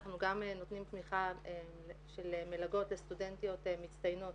אנחנו גם נותנים תמיכה של מלגות לסטודנטיות מצטיינות